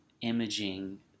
imaging